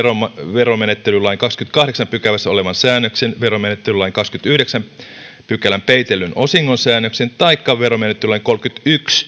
veromenettelylain kahdennessakymmenennessäkahdeksannessa pykälässä olevan säännöksen veromenettelylain kahdennenkymmenennenyhdeksännen pykälän peitellyn osingon säännöksen taikka veromenettelylain kolmannenkymmenennenensimmäisen